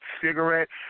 cigarettes